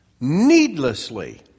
needlessly